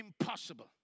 impossible